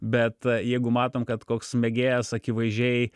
bet jeigu matom kad koks mėgėjas akivaizdžiai